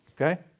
okay